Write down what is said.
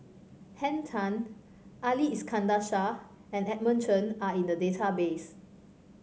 Henn Tan Ali Iskandar Shah and Edmund Chen are in the database